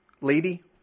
lady